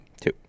two